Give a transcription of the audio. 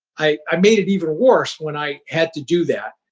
i made it even worse when i had to do that.